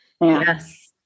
Yes